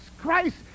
Christ